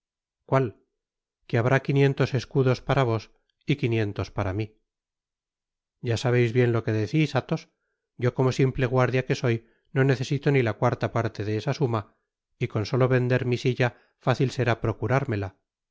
cuál que habrá quinientos escudos para vos y quinientos para mi ya sabeis bien lo que decis athos yo como simple guardia que soy no necesito ni la cuarta parte de esa suma y con solo vender mi silla fácil será procurármela